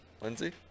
Lindsay